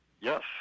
Yes